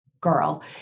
girl